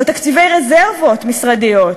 או תקציבי רזרבות משרדיות,